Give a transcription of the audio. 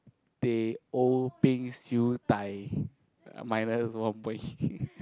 teh-o-peng siew-dai minus one point